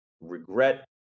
regret